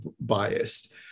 biased